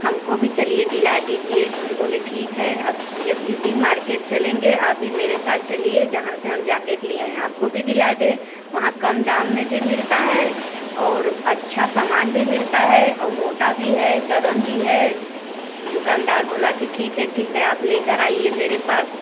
हमको भी चलिए दिला दीजिए तो हम बोले ठीक है आप जब इस दिन मार्केट चलेंगे आप भी मेरे साथ चलिए जहाँ से हम जाकेट लिए हैं आपको भी दिला दें वहाँ कम दाम में भी मिलता है और अच्छा सामान भी मिलता है औ मोटा भी है गर्म भी है तो दुकानदार बोला कि ठीक है ठीक है आप लेकर आइए मेरे पास